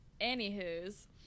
Anywho's